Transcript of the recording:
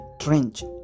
trench